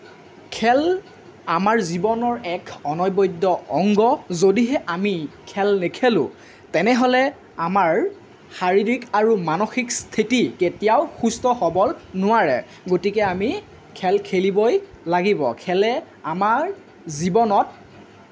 খেল আমাৰ জীৱনৰ এক অনবদ্য অংগ যদিহে আমি খেল নেখেলোঁ তেনেহ'লে আমাৰ শাৰীৰিক আৰু মানসিক স্থিতি কেতিয়াও সুস্থ হ'ব নোৱাৰে গতিকে আমি খেল খেলিবই লাগিব খেলে আমাৰ জীৱনত